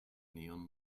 neon